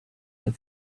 the